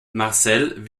marcel